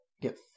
get